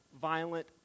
violent